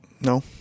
No